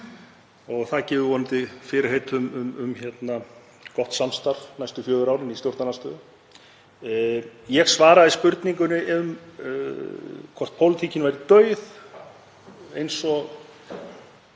Það gefur vonandi fyrirheit um gott samstarf næstu fjögur árin í stjórnarandstöðu. Ég svaraði spurningunni um hvort pólitíkin væri dauð eins og